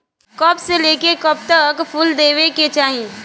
कब से लेके कब तक फुल देवे के चाही?